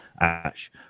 ash